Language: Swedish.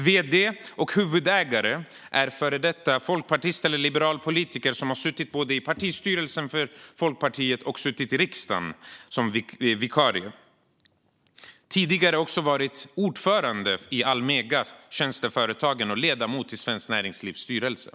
Vd och huvudägare är en före detta folkpartistisk, eller liberal, politiker som har suttit både i partistyrelsen för Folkpartiet och i riksdagen som ersättare. Personen har tidigare också varit ordförande i Almega Tjänsteföretagen och ledamot i Svenskt Näringslivs styrelse.